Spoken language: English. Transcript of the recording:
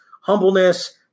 humbleness